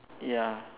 ya